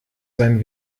sein